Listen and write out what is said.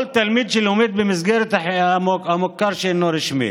כל תלמיד שלומד במסגרת המוכר שאינו רשמי,